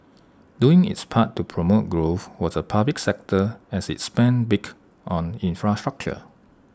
doing its part to promote growth was A public sector as IT spent big on infrastructure